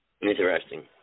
Interesting